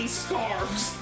scarves